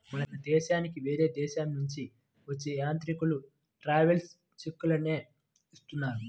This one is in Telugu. మన దేశానికి వేరే దేశాలనుంచి వచ్చే యాత్రికులు ట్రావెలర్స్ చెక్కులనే ఇస్తున్నారు